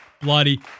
bloody